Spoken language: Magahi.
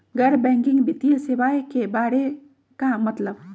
गैर बैंकिंग वित्तीय सेवाए के बारे का मतलब?